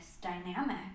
dynamic